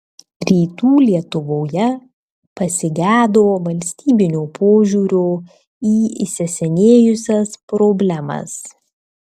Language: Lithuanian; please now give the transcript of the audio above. rytų lietuvoje pasigedo valstybinio požiūrio į įsisenėjusias problemas